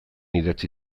idatzi